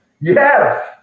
yes